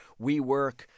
WeWork